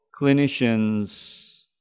clinicians